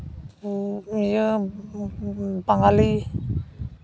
ᱤᱭᱟᱹ ᱵᱟᱝᱜᱟᱞᱤ